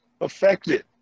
Affected